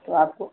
तो आपको